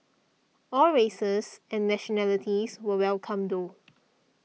all races and nationalities were welcome though